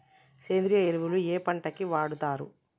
సేంద్రీయ ఎరువులు ఏ పంట కి వాడుతరు?